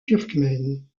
turkmène